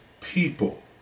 people